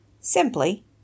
Simply